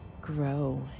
grow